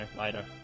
later